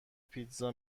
پیتزا